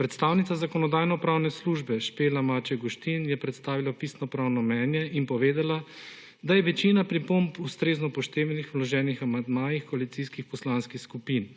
Predstavnica Zakonodajno-pravne službe Špela Maček Guštin je predstavila pisno pravno mnenje in povedala, da je večina pripomb ustrezno upoštevana v vloženih amandmajih koalicijskih poslanskih skupin,